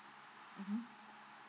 mmhmm